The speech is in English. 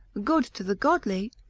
good to the godly,